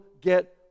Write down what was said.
get